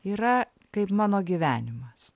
yra kaip mano gyvenimas